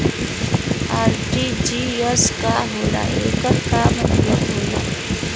RTGS का होला एकर का मतलब होला?